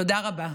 תודה רבה.